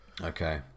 Okay